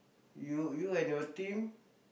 you you and your team